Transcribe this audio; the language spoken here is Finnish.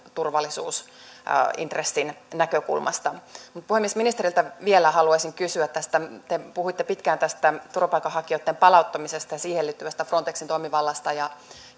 turvallisuusintressin näkökulmasta puhemies ministeriltä vielä haluaisin kysyä tästä kun te puhuitte pitkään tästä turvapaikanhakijoitten palauttamisesta ja siihen liittyvästä frontexin toimivallasta